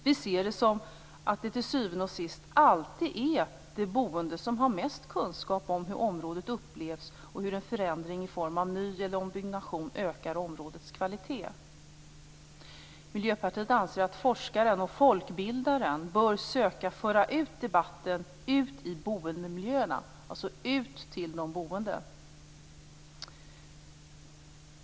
Vi ser det som att det till syvende och sist alltid är de boende som har mest kunskap om hur området upplevs och om hur en förändring i form av ny eller ombyggnation ökar områdets kvalitet. Miljöpartiet anser att forskaren och folkbildaren bör söka föra ut debatten till boendemiljöerna, alltså ut till de boende.